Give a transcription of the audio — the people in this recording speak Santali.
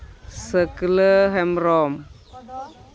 ᱥᱟᱹᱠᱞᱟᱹ ᱦᱮᱢᱵᱨᱚᱢ